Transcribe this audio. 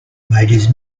his